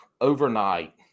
overnight